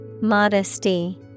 Modesty